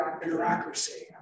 bureaucracy